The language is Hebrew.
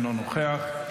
אינו נוכח,